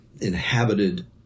inhabited